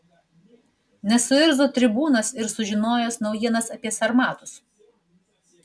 nesuirzo tribūnas ir sužinojęs naujienas apie sarmatus